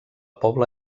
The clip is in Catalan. pobla